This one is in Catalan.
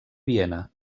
viena